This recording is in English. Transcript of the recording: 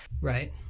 Right